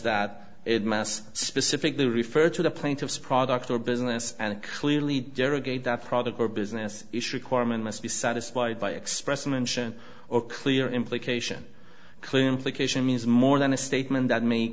that mass specifically referred to the plaintiffs product or business and clearly delegate that product or business issue acquirement must be satisfied by expressing mention or clear implication clear implication means more than a statement that me